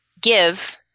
give